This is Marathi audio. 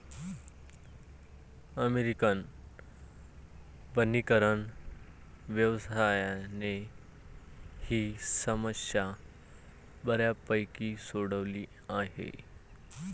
अमेरिकन वनीकरण व्यवसायाने ही समस्या बऱ्यापैकी सोडवली आहे